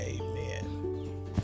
amen